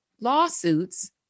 lawsuits